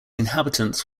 inhabitants